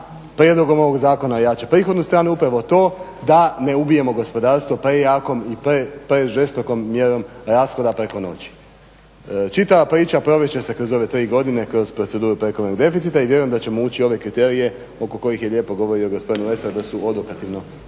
prijedlogom ovog zakona ojača prihodnu stranu upravo to da ne ubijemo gospodarstvo prejakom i prežestokom mjerom rashoda preko noći. Čitava priča provest će se kroz ove tri godine, kroz proceduru prekomjernog deficita i vjerujem da ćemo ući u ove kriterije oko kojih je lijepo govorio gospodin Lesar da su odokativno određeni